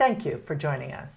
thank you for joining us